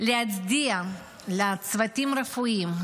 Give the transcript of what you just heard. להצדיע לצוותים הרפואיים,